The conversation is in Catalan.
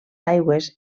aigües